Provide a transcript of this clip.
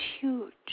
huge